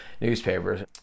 newspapers